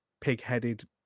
pig-headed